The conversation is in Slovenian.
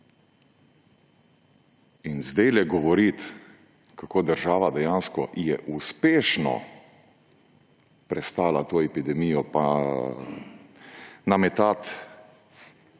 In zdaj govoriti, kako je država dejansko uspešno prestala to epidemijo pa nametati